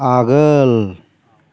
आगोल